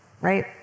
right